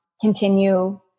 continue